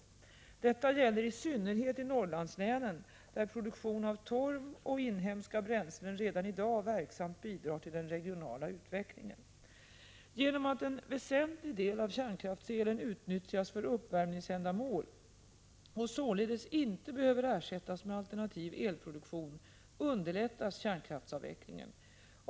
Detta gäller i synnerhet i Norrlandslänen, där produktion av torv och inhemska bränslen redan i dag verksamt bidrar till den regionala utvecklingen. Genom att en väsentlig del av kärnkraftselen utnyttjas för uppvärmningsändamål och således inte behöver ersättas med alternativ elproduktion underlättas kärnkraftsavvecklingen.